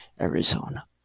Arizona